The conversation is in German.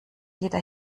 jeder